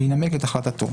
וינמק החלטתו.